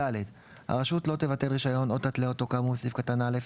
(ד) הרשות לא תבטל רישיון או תתלה אותו כאמור בסעיף קטן (א)